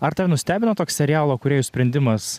ar tave nustebino toks serialo kūrėjų sprendimas